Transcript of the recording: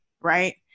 right